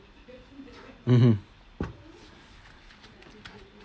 mmhmm